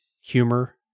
humor